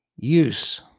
Use